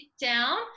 down